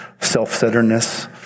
self-centeredness